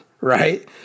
right